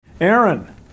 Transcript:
Aaron